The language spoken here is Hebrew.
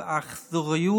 זו אכזריות.